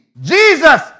Jesus